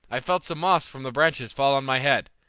i felt some moss from the branches fall on my head.